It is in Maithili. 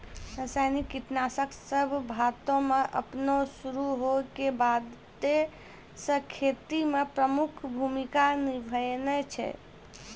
रसायनिक कीटनाशक सभ भारतो मे अपनो शुरू होय के बादे से खेती मे प्रमुख भूमिका निभैने छै